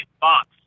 box